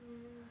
mm